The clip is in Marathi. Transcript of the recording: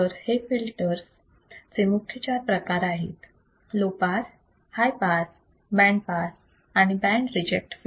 तर हे फिल्टरचे मुख्य चार प्रकार आहेत low pass high pass band pass आणि बँड रिजेक्ट